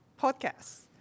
podcasts